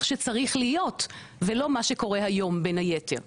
שצריך להיות ולא מה שקורה היום בן היתר.